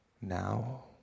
now